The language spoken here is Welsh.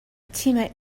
timau